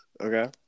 okay